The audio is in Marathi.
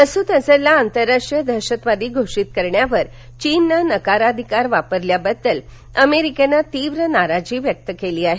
मसूद अझरला आंतरराष्ट्रीय दहशतवादी घोषित करण्यावर चीननं नकाराधिकार वापरल्याबद्दल अमेरिकेनं तीव्र नाराजी व्यक्त केली आहे